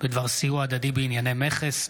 בדבר סיוע הדדי בענייני מכס.